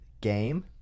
Game